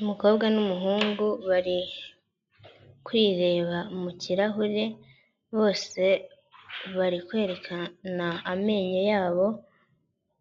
Umukobwa n'umuhungu bari kwireba mu kirahure bose bari kwerekana amenyo yabo,